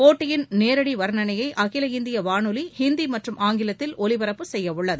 போட்டியின் நேரடி வர்ணணனையை அகில இந்திய வானொலி ஹிந்தி மற்றும் ஆங்கிலத்தில் ஒலிபரப்ப செய்யவுள்ளது